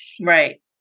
Right